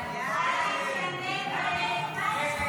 34 בעד, 49